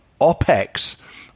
OPEX